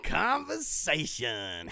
conversation